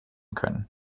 können